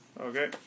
Okay